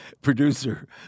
producer